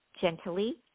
gently